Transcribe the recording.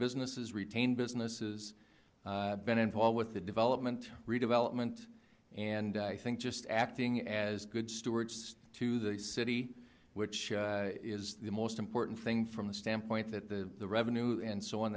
businesses retain businesses been involved with the development redevelopment and i think just acting as good stewards to the city which is the most important thing from the standpoint that the revenue and so on